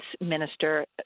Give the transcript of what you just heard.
minister